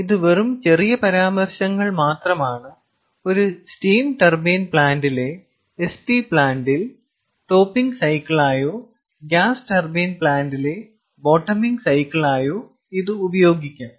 ഇത് വെറും ചെറിയ പരാമർശങ്ങൾ മാത്രമാണ് ഒരു സ്റ്റീം ടർബൈൻ പ്ലാന്റിലെ എസ് ടി പ്ലാന്റിൽ ടോപ്പിംഗ് സൈക്കിളായോ ഗ്യാസ് ടർബൈൻ പ്ലാന്റിലെ ബോട്ടമിംഗ് സൈക്കിളായോ ഇത് ഉപയോഗിക്കാം